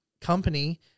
company